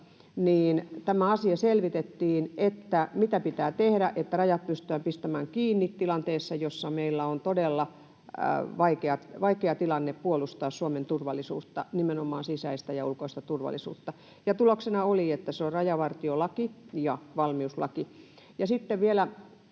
tämä asia selvitettiin, mitä pitää tehdä, että rajat pystytään pistämään kiinni tilanteessa, jossa meillä on todella vaikea tilanne puolustaa Suomen turvallisuutta, nimenomaan sisäistä ja ulkoista turvallisuutta. Ja tuloksena oli, että kyse on rajavartiolaista ja valmiuslaista. Sitten vielä